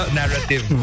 narrative